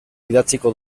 idatziko